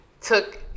took